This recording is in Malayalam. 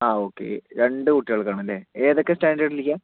ആ ഓക്കെ രണ്ട് കുട്ടികൾക്ക് ആണ് അല്ലേ ഏതൊക്കെ സ്റ്റാൻഡേർഡിലേക്കാണ്